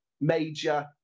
Major